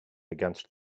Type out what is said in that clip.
against